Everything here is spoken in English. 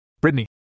Brittany